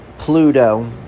Pluto